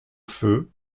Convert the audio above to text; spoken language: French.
feu